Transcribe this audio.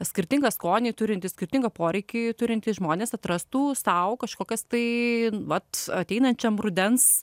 skirtingą skonį turintys skirtingą poreikį turintys žmonės atrastų sau kažkokias tai vat ateinančiam rudens